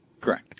correct